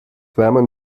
wärmen